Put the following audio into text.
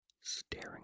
Staring